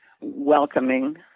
welcoming